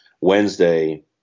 Wednesday